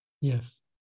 Yes